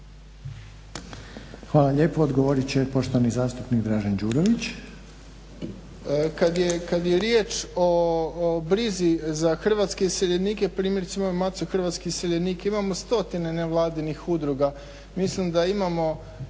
Hvala lijepo. Odgovorit će poštovani zastupnik Dražen Đurović. **Đurović, Dražen (HDSSB)** Kada je riječ o brizi za hrvatske iseljenike primjerice ima Matica hrvatske iseljenike, imamo stotine nevladinih udruga. Mislim da imamo